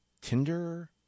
Tinder